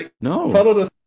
No